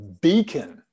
beacon